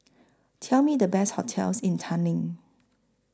Show Me The Best hotels in Tallinn